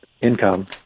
income